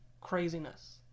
craziness